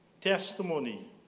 testimony